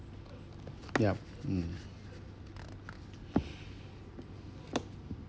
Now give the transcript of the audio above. yup mm